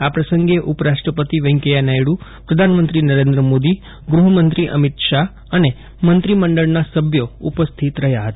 આ પ્રસંગે ઉપરાષ્ટ્રપતિ વેકૈયા નાયડુ પ્રધાનમંત્રી નરેન્દ્રમોદી ગૃહમંત્રી અમિત શાહ અને મંત્રી મંડળના સભ્યો ઉપસ્થિત રહ્યા હતા